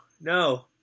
No